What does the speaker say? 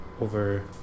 over